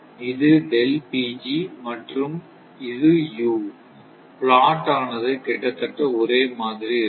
இது மற்றும் இது U பிளாட் ஆனது கிட்டத்தட்ட ஒரே மாதிரி இருக்கும்